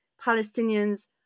palestinians